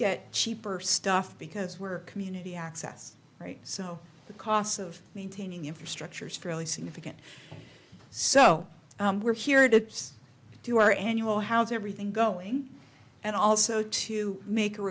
get cheaper stuff because we're community access right so the cost of maintaining infrastructure is fairly significant so we're here to do our annual how's everything going and also to make a